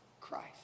Christ